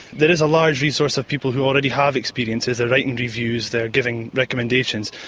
there is a large resource of people who already have experiences, they're writing reviews, they're giving recommendations,